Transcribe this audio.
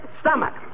stomach